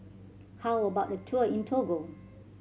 how about a tour in Togo